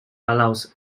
allows